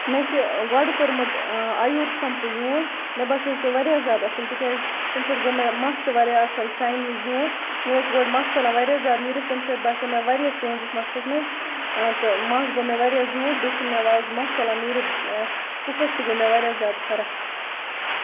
مےٚ چھُ گۄڈٕ کورمُت آیوٗر شیمپوٗ یوٗز مےٚ باسیو سُہ واریاہ زیادٕ اَصٕل تِکیازِ تَمہِ سۭتۍ گوٚو مےٚ مَس تہِ واریاہ اَصٕل شاینی زیوٗٹھ مےٚ اوس گۄڈٕ مَس ژَلان واریاہ زیادٕ نیٖرِتھ تَمہِ سۭتۍ باسیو مےٚ واریاہ چینجٔز َستَس منٛز تہٕ مَس گوٚو مےٚ واریاہ زیوٗٹھ تبیٚیہِ چھُنہٕ مےٚ آز مَس ژَلان نیٖرِتھ یَتھ کُفَس تہِ گے مےٚ واریاہ زیادٕ فرق